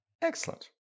Excellent